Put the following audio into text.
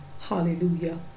hallelujah